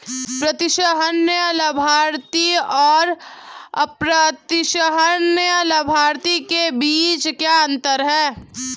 प्रतिसंहरणीय लाभार्थी और अप्रतिसंहरणीय लाभार्थी के बीच क्या अंतर है?